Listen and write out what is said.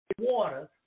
water